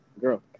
Girl